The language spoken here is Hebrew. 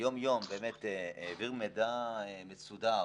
יום-יום באמת העביר מידע מסודר.